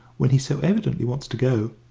when he so evidently wants to go,